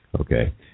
Okay